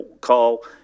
call